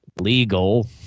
legal